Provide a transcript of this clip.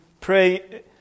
pray